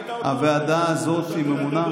הוועדה הזו שהיא ממונה ------ ראית אותה,